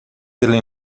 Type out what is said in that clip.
ele